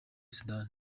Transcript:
sudan